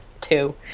two